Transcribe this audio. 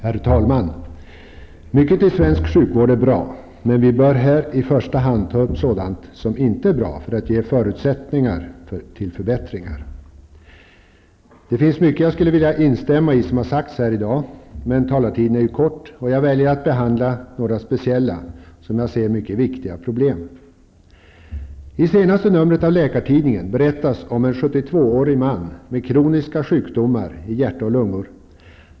Herr talman! Mycket i svensk sjukvård är bra, men vi bör här i första hand ta upp sådant som inte är bra, för att ge förutsättningar till förbättringar. Det har sagts mycket här i dag som jag skulle vilja instämma i, men taletiden är kort, och jag väljer att behandla några speciella, som jag ser det, mycket viktiga problem. I senaste numret av Läkartidningen berättas om en 72-årig man med kroniska sjukdomar i hjärta och lungor.